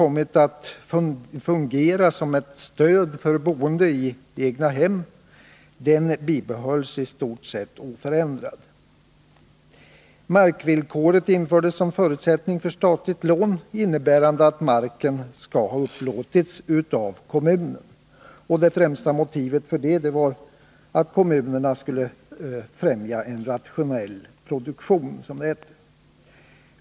Markvillkoret infördes som en förutsättning för statligt lån, innebärande att marken skall ha upplåtits av kommunen. Det främsta motivet för det var att kommunerna skulle främja en rationell produktion, som det hette.